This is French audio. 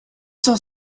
cent